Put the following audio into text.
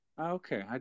Okay